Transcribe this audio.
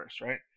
right